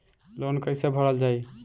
Loan कैसे भरल जाइ?